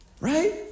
Right